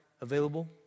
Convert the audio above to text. available